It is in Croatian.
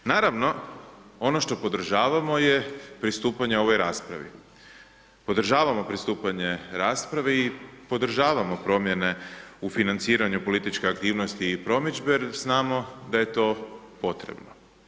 Naravno ono što podržavamo je pristupanje ovoj raspravi, podržavamo pristupanje raspravi, podržavamo promjene u financiranju političke aktivnost i promidžbe jer znamo da je to potrebno.